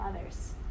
others